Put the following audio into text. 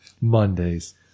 Mondays